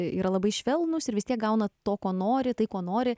yra labai švelnūs ir vis tiek gauna to ko nori tai ko nori